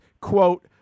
Quote